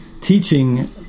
teaching